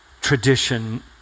tradition